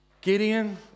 Gideon